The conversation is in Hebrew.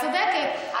את צודקת,